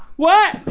what?